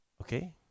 Okay